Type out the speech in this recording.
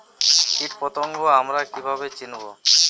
কীটপতঙ্গ আমরা কীভাবে চিনব?